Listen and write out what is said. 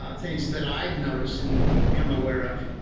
um things that ive noticed and become aware of.